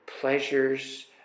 pleasures